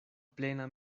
plena